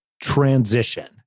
transition